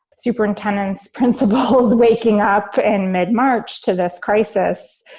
superintendents, principals waking up in mid-march to this crisis.